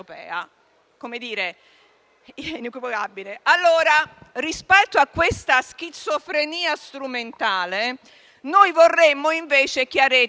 Come dire: è inequivocabile. Rispetto a questa schizofrenia strumentale, noi vorremmo invece chiarezza.